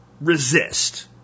resist